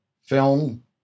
film